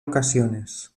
ocasiones